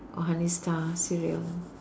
or honey star cereal